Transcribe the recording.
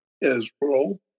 Israel